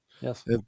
Yes